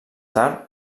tard